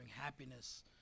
happiness